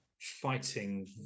fighting